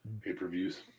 pay-per-views